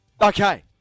Okay